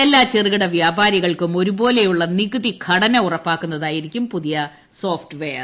എല്ലാ ചെറുകിട വ്യാപാരികൾക്കും ഒരുപോലെയുള്ള നികുതി ഘടന ഉറപ്പാക്കുന്നതായിരുക്കും പുതിയ സോഫ്ട്വെയർ